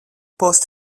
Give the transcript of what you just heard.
post